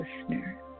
listener